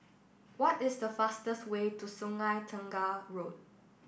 what is the fastest way to Sungei Tengah Road